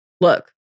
look